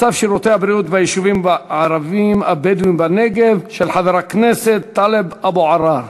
הצעה לסדר-היום מס' 2888 של חבר הכנסת טלב אבו עראר: